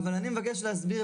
אז אני מבקש להסביר,